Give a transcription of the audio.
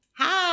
hi